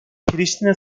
priştine